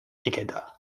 ikeda